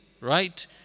right